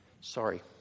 Sorry